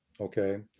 okay